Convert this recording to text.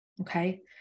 Okay